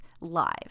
live